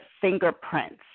fingerprints